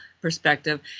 perspective